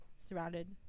surrounded